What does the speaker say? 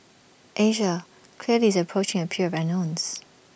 Asia clearly is approaching A period of unknowns